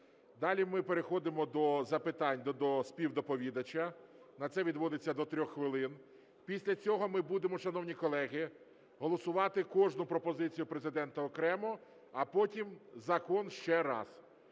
Далі ми переходимо до запитань до співдоповідача. На це відводиться до 3 хвилин. Після цього ми будемо, шановні колеги, голосувати кожну пропозицію Президента окремо, а потім закон ще раз.